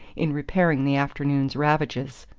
in repairing the afternoon's ravages.